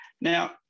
Now